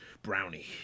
brownie